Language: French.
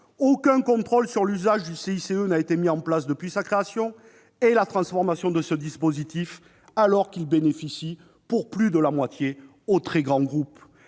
compétitivité et l'emploi (CICE) n'a été mis en place depuis la création et la transformation de ce dispositif, alors qu'il bénéficie pour plus de moitié aux très grands groupes.